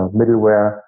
middleware